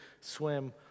swim